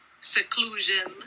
seclusion